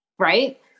right